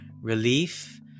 relief